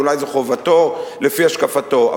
אולי זו חובתו לפי השקפתו,